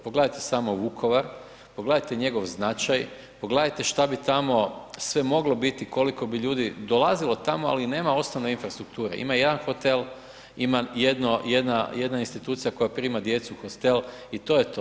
Pogledajte samo Vukovar, pogledajte njegov značaj, pogledajte šta bi tamo sve moglo biti, koliko bi ljudi dolazilo tamo, ali nema osnovne infrastrukture, ima jedan hotel, ima jedna institucija koja prima djecu u Hostel i to je to.